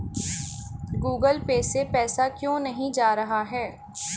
Google Pay से पैसा क्यों नहीं जा रहा है?